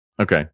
Okay